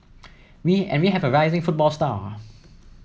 we and we have a rising football star